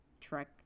trek